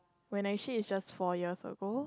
when actually it's just four years ago